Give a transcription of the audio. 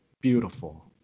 beautiful